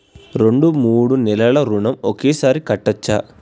రెండు మూడు నెలల ఋణం ఒకేసారి కట్టచ్చా?